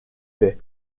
bay